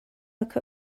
look